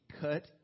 Cut